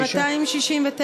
כן, 269?